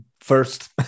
First